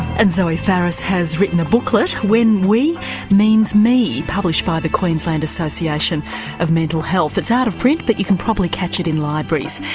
and zoe farris has written a booklet, when we means me, published by the queensland association of mental health. it's out of print but you can probably catch it in libraries.